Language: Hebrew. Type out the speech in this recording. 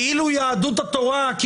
כאילו יהדות התורה.